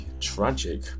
tragic